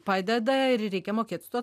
padeda ir reikia mokėt su tuo